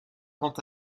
quant